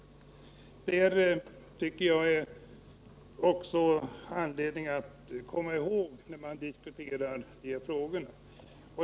Detta tycker jag också det är anledning att komma ihåg när man diskuterar dessa frågor.